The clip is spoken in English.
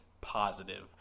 positive